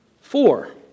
Four